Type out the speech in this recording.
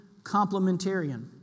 complementarian